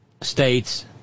states